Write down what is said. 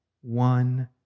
one